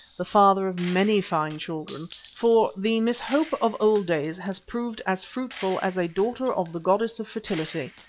the father of many fine children, for the miss hope of old days has proved as fruitful as a daughter of the goddess of fertility,